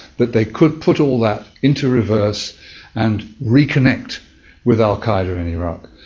that they could put all that into reverse and reconnect with al qaeda in iraq.